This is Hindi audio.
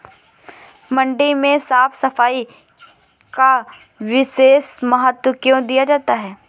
मंडी में साफ सफाई का विशेष महत्व क्यो दिया जाता है?